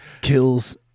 kills-